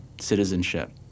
citizenship